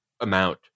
amount